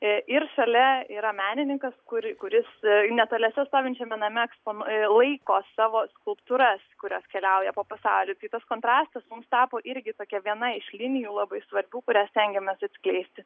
ir šalia yra menininkas kuri kuris netoliese stovinčiame name ekspon laiko savo skulptūras kurios keliauja po pasaulį tai tas kontrastas mums tapo irgi tokia viena iš linijų labai svarbių kurias stengiamės atskleisti